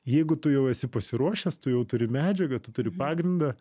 jeigu tu jau esi pasiruošęs tu jau turi medžiagą tu turi pagrindą